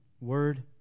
word